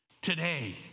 today